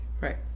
Right